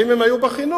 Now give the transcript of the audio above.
ואם הם היו בחינוך,